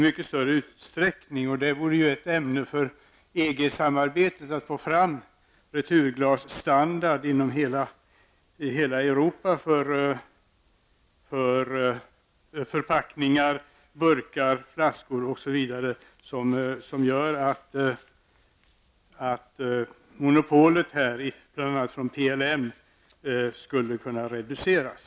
Det vore ett ämne för EG-samarbetet att inom hela Europa få fram returglasstandard för förpackningar, burkar, flaskor, osv., så att bl.a. PLMs monopol på så sätt skulle kunna reduceras.